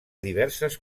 diverses